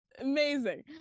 amazing